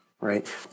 Right